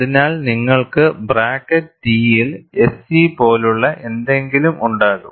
അതിനാൽ നിങ്ങൾക്ക് bracket T യിൽ SE പോലുള്ള എന്തെങ്കിലും ഉണ്ടാകും